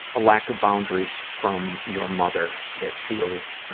a lack of boundaries from your mother that feels,